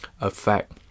affect